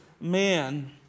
man